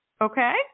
Okay